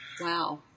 Wow